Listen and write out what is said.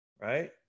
right